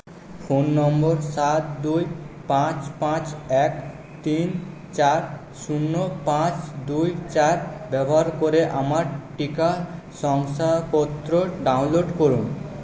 phone number সাত দুই পাঁচ পাঁচ এক তিন চার শূন্য পাঁচ দুই চার ব্যবহার করে আমার টিকা শংসাপত্র ডাউনলোড করুন